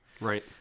Right